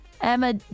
Emma